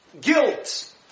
guilt